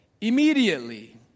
immediately